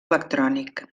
electrònic